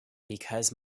because